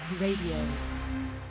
Radio